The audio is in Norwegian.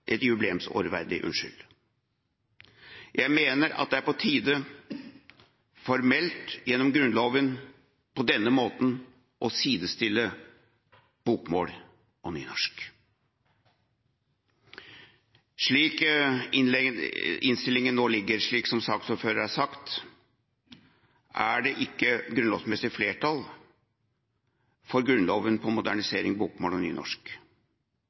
et jubileumsår verdig. Jeg mener at det er på tide formelt gjennom Grunnloven på denne måten å sidestille bokmål og nynorsk. Slik innstillinga nå foreligger, som saksordføreren har sagt, er det ikke grunnlovsmessig flertall for Grunnloven på modernisert bokmål og på nynorsk